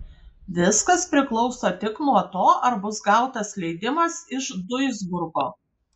viskas priklauso tik nuo to ar bus gautas leidimas iš duisburgo